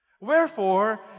Wherefore